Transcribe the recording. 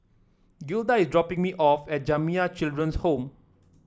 Gilda is dropping me off at Jamiyah Children's Home